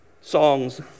Songs